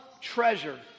treasure